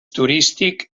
turístic